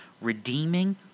Redeeming